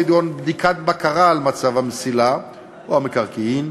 כגון בדיקות בקרה על מצב המסילה או המקרקעין,